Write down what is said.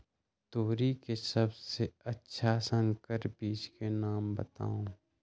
तोरी के सबसे अच्छा संकर बीज के नाम बताऊ?